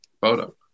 Photo